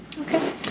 Okay